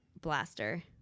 blaster